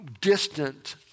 distant